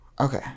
Okay